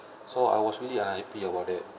so I was really unhappy about that